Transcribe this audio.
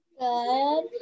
Good